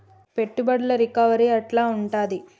పెట్టుబడుల రికవరీ ఎట్ల ఉంటది?